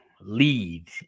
lead